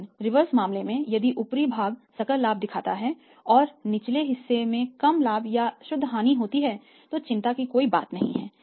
लेकिन रिवर्स मामले में यदि ऊपरी भाग सकल लाभ दिखाता है और निचले हिस्से में कम लाभ या शुद्ध हानि होती है तो चिंता की कोई बात नहीं है